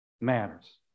matters